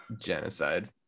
genocide